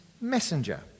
messenger